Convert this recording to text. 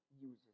uses